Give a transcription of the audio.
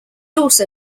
also